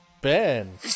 Ben